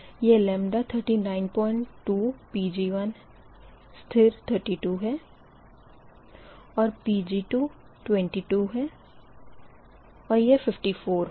यह λ 392 Pg1 स्थिर 32 है और Pg222 है और यह 54 होगा